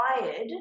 required